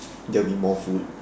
that'll be more food